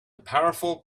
powerful